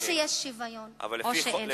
או שיש שוויון או שאין שוויון.